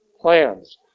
plans